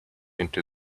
into